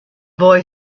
boy